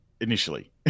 initially